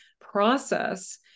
process